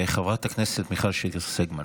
חברת הכנסת מיכל שיר סגמן,